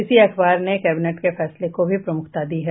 इसी अखबार ने कैबिनेट के फैसले को भी प्रमुखता दी है